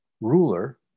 ruler